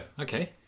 okay